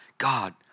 God